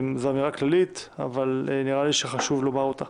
זאת אמירה כללית, אבל נראה לי שחשוב לומר אותה.